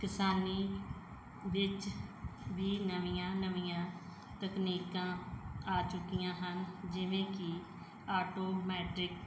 ਕਿਸਾਨੀ ਵਿੱਚ ਵੀ ਨਵੀਆਂ ਨਵੀਆਂ ਤਕਨੀਕਾਂ ਆ ਚੁੱਕੀਆਂ ਹਨ ਜਿਵੇਂ ਕਿ ਆਟੋਮੈਟਿਕ